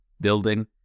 building